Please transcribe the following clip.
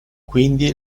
quindi